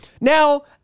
Now